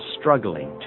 struggling